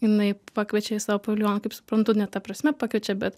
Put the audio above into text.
jinai pakviečia į savo paviljoną kaip suprantu ne ta prasme pakviečia bet